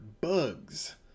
bugs